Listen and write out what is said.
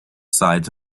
sides